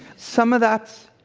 some of that's,